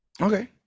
Okay